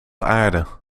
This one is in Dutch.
aarde